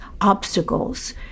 obstacles